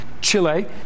Chile